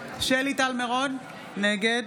שלי טל מירון, נגד